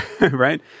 Right